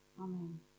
Amen